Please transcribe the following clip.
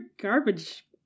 garbage